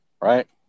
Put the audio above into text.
right